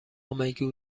میگو